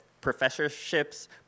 professorships